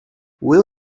will